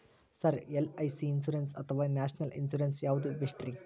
Sir LIC insurance ಅಥವಾ national insurance ಯಾವುದು ಬೆಸ್ಟ್ರಿ?